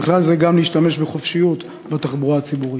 ובכלל זה גם להשתמש בחופשיות בתחבורה הציבורית.